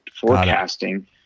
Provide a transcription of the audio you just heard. forecasting